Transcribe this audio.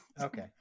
Okay